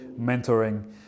mentoring